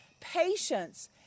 patience